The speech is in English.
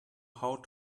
how